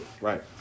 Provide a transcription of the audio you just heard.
Right